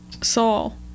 saul